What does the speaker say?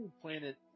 planet